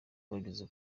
bageze